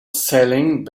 selling